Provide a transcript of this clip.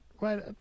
right